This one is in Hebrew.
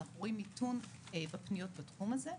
אבל אנחנו רואים מיתון בפניות בתחום הזה.